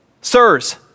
sirs